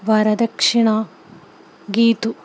വരദക്ഷിണ Geethu